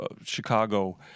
Chicago